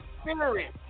Spirit